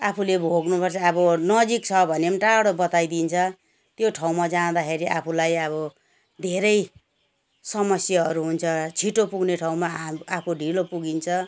आफूले भोग्नु पर्छ अब नजिक छ भने टाढो बताइदिन्छ त्यो ठाउँमा जाँदाखेरि आफूलाई अब धेरै समस्याहरू हुन्छ छिटो पुग्ने ठाउँमा आ आफू ढिलो पुगिन्छ